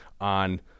on